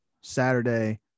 Saturday